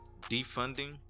defunding